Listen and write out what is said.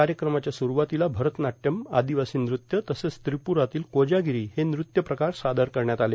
कायक्रमाच्या सुरवातीला भरतनाट्यम आर्दिवासी नृत्य तसेच त्रिप्रातील कोर्जागिरों हे नृत्य प्रकार सादर करण्यात आले